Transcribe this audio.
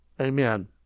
Amen